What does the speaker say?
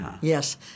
Yes